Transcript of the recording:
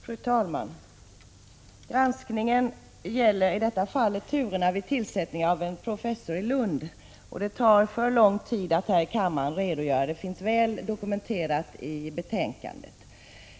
Fru talman! Granskningen i det fall som jag tar upp gäller turerna vid tillsättningen av en professur i Lund. Det skulle ta för lång tid att här i kammaren redogöra för ärendet. Det finns noga dokumenterat i betän — Prot. 1986/87:127 kandet.